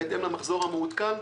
בהתאם למחזור המעודכן,